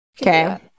Okay